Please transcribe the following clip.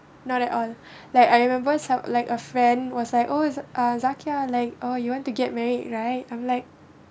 not at all like I remember some like a friend was I always uh zakiah like oh you want to get married right I'm like